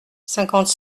cinquante